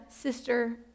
sister